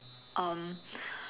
um